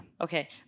Okay